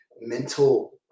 mental